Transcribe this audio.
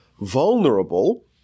vulnerable